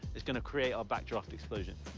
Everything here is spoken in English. it's gonna create our backdraft explosion.